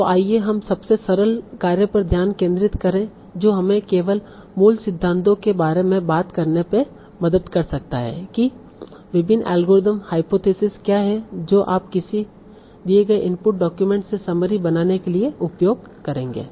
तो आइए हम सबसे सरल कार्य पर ध्यान केंद्रित करें जो हमें केवल मूल सिद्धांतों के बारे में बात करने में मदद कर सकता है कि विभिन्न एल्गोरिदम या हाइपोथिसिस क्या हैं जो आप किसी दिए गए इनपुट डॉक्यूमेंट से समरी बनाने के लिए उपयोग करेंगे